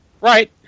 Right